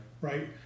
Right